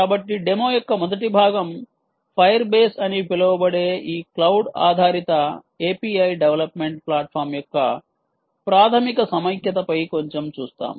కాబట్టి డెమో యొక్క మొదటి భాగం ఫైర్ బేస్ అని పిలువబడే ఈ క్లౌడ్ ఆధారిత API డెవలప్మెంట్ ప్లాట్ఫాం యొక్క ప్రాథమిక సమైక్యతపై కొంచెం చూస్తాము